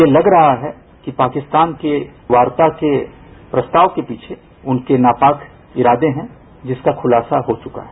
ये लग रहा है कि पाकिस्तान के वार्ता के प्रस्ताव के पीछे उनके नापाक इरादे है जिसका खुलासा हो चुका है